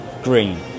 green